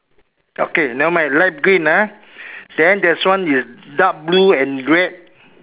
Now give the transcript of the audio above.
okay never mind light green ah then there's one is dark blue and red